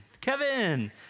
Kevin